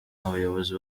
abayobozi